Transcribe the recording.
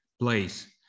place